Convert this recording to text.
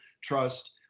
trust